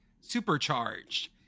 supercharged